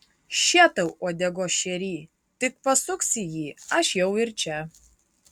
še tau uodegos šerį tik pasuksi jį aš jau ir čia